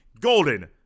Golden